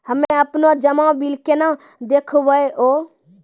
हम्मे आपनौ जमा बिल केना देखबैओ?